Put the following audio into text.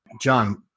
John